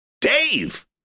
Dave